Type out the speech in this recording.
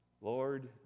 Lord